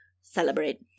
celebrate